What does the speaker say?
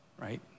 right